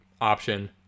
option